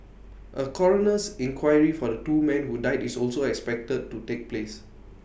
A coroner's inquiry for the two men who died is also expected to take place